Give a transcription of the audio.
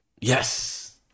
Yes